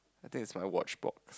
I think it's my watch box